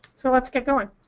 so let's get going.